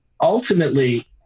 ultimately